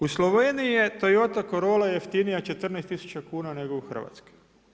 U Sloveniji je Toyota Corolla jeftinija 14 tisuća kuna nego u Hrvatskoj.